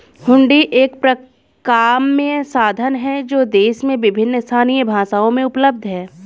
हुंडी एक परक्राम्य साधन है जो देश में विभिन्न स्थानीय भाषाओं में उपलब्ध हैं